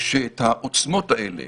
שאת העוצמות האלה